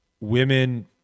women